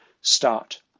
start